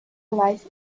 life